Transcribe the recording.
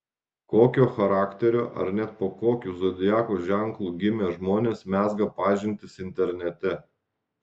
kokio charakterio ar net po kokiu zodiako ženklu gimę žmonės mezga pažintis internete